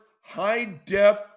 high-def